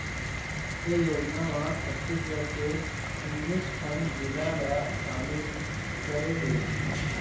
ए योजना म छत्तीसगढ़ के उन्नीस ठन जिला ल सामिल करे गे हे